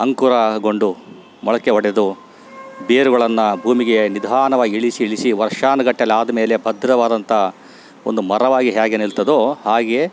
ಅಂಕುರಗೊಂಡು ಮೊಳಕೆ ಒಡೆದು ಬೇರುಗಳನ್ನು ಭೂಮಿಗೆ ನಿಧಾನವಾಗಿ ಇಳಿಸಿಳಿಸಿ ವರ್ಷಾನುಗಟ್ಟಲೆ ಆದ್ಮೇಲೆ ಭದ್ರವಾದಂಥ ಒಂದು ಮರವಾಗಿ ಹೇಗೆ ನಿಲ್ತದೋ ಹಾಗೆ